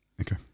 Okay